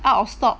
out of stock